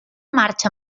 marxa